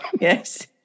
Yes